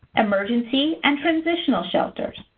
emergency and transitional shelters.